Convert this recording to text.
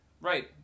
right